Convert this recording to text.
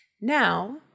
Now